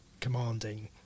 commanding